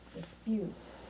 disputes